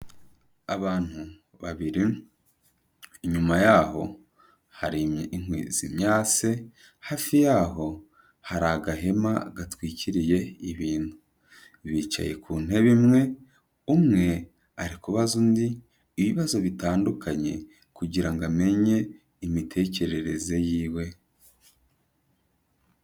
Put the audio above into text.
Abantu babiri inyuma yaho hari inkwi zimyase hafi y'aho hari agahema gatwikiriye ibintu bicaye ku ntebe imwe umwe ari kubaza undi ibibazo bitandukanye kugirango amenye imitekerereze yiwe.